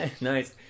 Nice